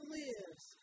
lives